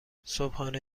صبحانه